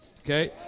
Okay